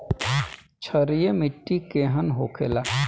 क्षारीय मिट्टी केहन होखेला?